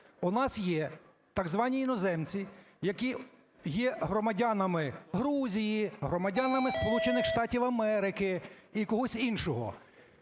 У нас є, так звані іноземці, які є громадянами Грузії, громадянами Сполучених Штатів Америки і когось іншого,